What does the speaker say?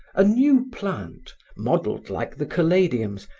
a new plant, modelled like the caladiums,